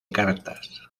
cartas